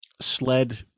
sled